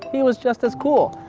he was just as cool.